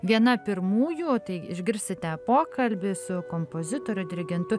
viena pirmųjų tai išgirsite pokalbį su kompozitoriu dirigentu